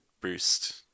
boost